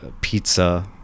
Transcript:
pizza